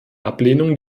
ablehnung